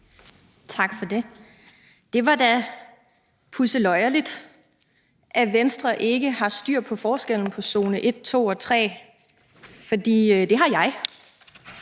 Tak for det. Det var da pudseløjerligt, at Venstre ikke har styr på forskellen mellem zone 1, 2 og 3, for det har jeg.